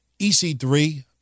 EC3